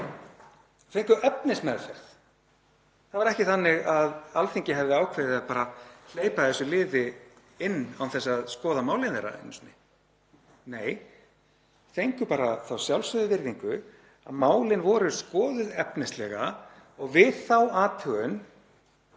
fengu efnismeðferð. Það var ekki þannig að Alþingi hefði ákveðið að hleypa þessu liði inn án þess að skoða málin þeirra einu sinni. Nei, þau fengu bara þá sjálfsögðu virðingu að málin voru skoðuð efnislega. Við þá athugun